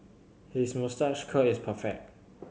his moustache curl is perfect